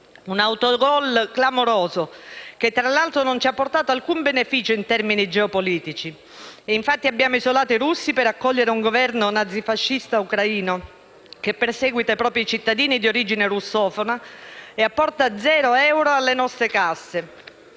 un autogol clamoroso, che tra l'altro non ci ha portato alcun beneficio in termini geopolitici. Abbiamo isolato infatti i russi per accogliere un Governo nazifascista ucraino che perseguita i propri cittadini di origine russofona e apporta zero euro alle nostre casse.